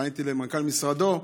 ופניתי למנכ"ל משרדו.